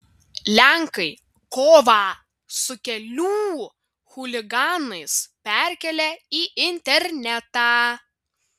lenkai kovą su kelių chuliganais perkelia į internetą